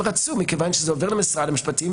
רצו מכיוון שזה עובר למשרד המשפטים,